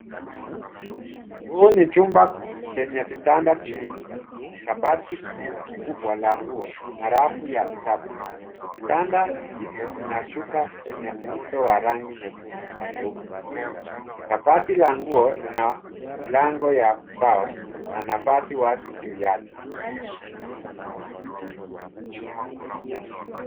Huu ni chumba chenye vitanda viwili, kabati kubwa la nguo, na rafu ya vitabu. Vitanda hivyo vina shuka zenye muundo wa rangi nyekundu na nyeupe. Kabati la nguo lina mlango ya mbao na nafasi wazi juu yake.